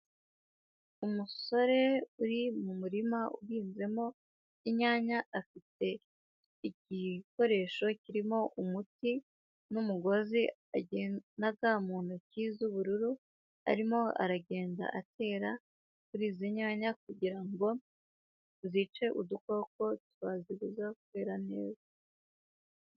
Umusore uri mu murima uhinzemo inyanya afite igikoresho kirimo umuti, n'umugozi agenda, na ga mu ntoki z'ubururu, arimo aragenda atera, kuri izi nyanya kugira ngo zice udukoko twazibuza kwera neza.